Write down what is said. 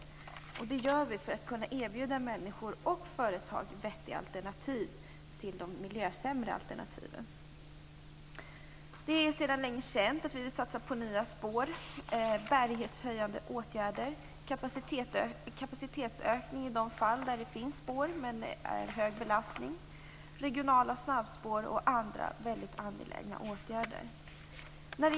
Det gör vi för att erbjuda människor och företag vettiga alternativ till de miljömässigt sämre alternativen. Det är sedan länge känt att vi vill satsa på nya spår och bärighetshöjande åtgärder, på kapacitetsökning i de fall där det finns spår men där dessa har hög belastning, på regionala snabbspår och på andra väldigt angelägna åtgärder.